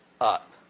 up